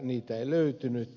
niitä ei löytynyt